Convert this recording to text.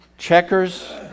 checkers